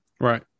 Right